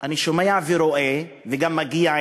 אני שומע ורואה, וזה גם מגיע אלי,